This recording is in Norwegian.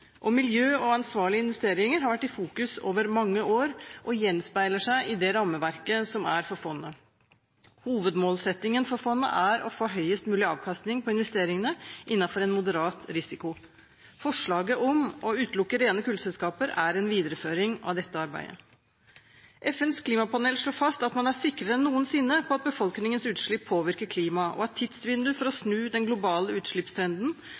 Miljø og ansvarlige investeringer har vært i fokus gjennom mange år og gjenspeiler seg i rammeverket for fondet. Hovedmålsettingen for fondet er å få høyest mulig avkastning på investeringene innenfor en moderat risiko. Forslaget om å utelukke rene kullselskaper er en videreføring av dette arbeidet. FNs klimapanel slår fast at man er sikrere enn noensinne på at befolkningens utslipp påvirker klimaet, og at tidsvinduet for å snu den globale utslippstrenden